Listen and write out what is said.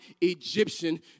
Egyptian